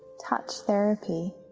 touch therapy,